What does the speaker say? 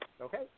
Okay